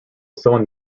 someone